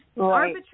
arbitrary